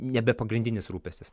nebe pagrindinis rūpestis